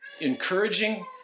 encouraging